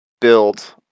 build